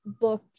book